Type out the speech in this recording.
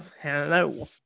Hello